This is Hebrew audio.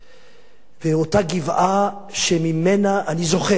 אותה גבעה, שממנה, אני זוכר, כמו היום,